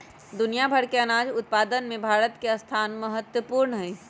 दुनिया भर के अनाज उत्पादन में भारत के स्थान बहुत महत्वपूर्ण हई